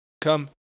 Come